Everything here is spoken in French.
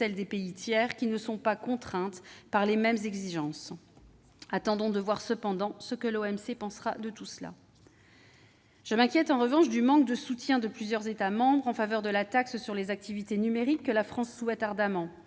celles des pays tiers qui ne sont pas contraintes par les mêmes exigences. Attendons cependant de voir ce que l'OMC pensera de tout cela. Je m'inquiète en revanche du manque de soutien de plusieurs États membres à la création d'une taxe sur les activités numériques, que la France souhaite ardemment.